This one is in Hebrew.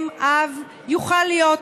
אם, אב, יוכל להיות,